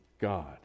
God